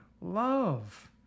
love